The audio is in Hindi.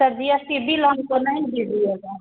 sir G S T bill हमको नहीं न दीजिएगा